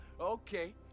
okay